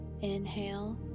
inhale